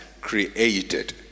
created